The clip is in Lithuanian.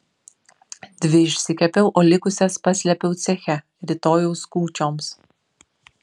dvi išsikepiau o likusias paslėpiau ceche rytojaus kūčioms